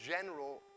general